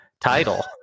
title